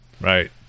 Right